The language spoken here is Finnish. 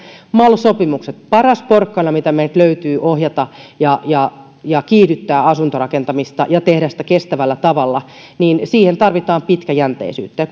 mal sopimuksiin paras porkkana mitä meiltä löytyy ohjata ja ja kiihdyttää asuntorakentamista ja tehdä sitä kestävällä tavalla tarvitaan pitkäjänteisyyttä